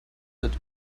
wird